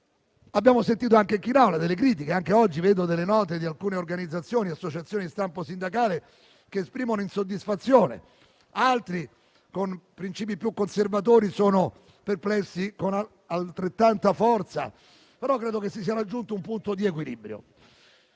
Abbiamo sentito anche qui in Aula alcune critiche. Anche oggi vedo le note di alcune organizzazioni e associazioni di stampo sindacale che esprimono insoddisfazione. Altri, con principi più conservatori, sono perplessi con altrettanta forza, ma credo che si sia raggiunto un punto di equilibrio.